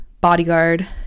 Bodyguard